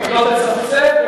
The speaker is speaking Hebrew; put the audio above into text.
לא נצפצף,